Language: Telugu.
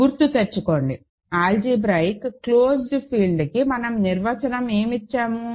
గుర్తుతెచ్చుకోండి ఆల్జీబ్రాయిక్ క్లోజ్డ్ ఫీల్డ్కి మన నిర్వచనం ఏమి ఇచ్చాము